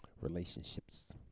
relationships